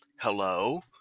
hello